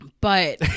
But-